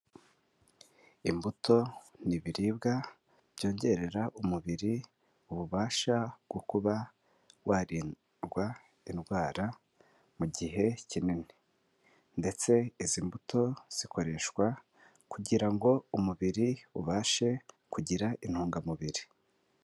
mbuto ni ibiribwa byongerera umubiri ububasha bwo kuba waririndwa indwara mu gihe kinini, ndetse izi mbuto zikoreshwa kugira ngo umubiri ubashe kugira intungamubiri.